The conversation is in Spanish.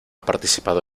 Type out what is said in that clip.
participado